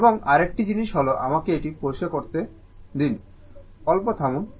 এবং আরেকটি জিনিস হল আমাকে এটি পরিষ্কার করে বলতে দিন অল্প থামুন